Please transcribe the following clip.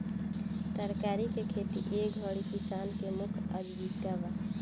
तरकारी के खेती ए घरी किसानन के मुख्य आजीविका बा